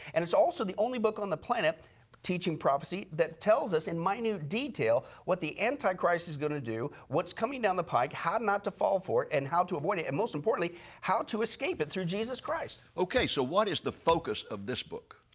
and it is also the only book on the planet teaching prophecy that tells us in minute detail what the antichrist is going to do. what's coming down the pike, how not fall for it and how to avoid it. and most importantly how to escape it through jesus christ. ok, so what is the focus of this book?